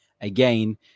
again